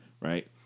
right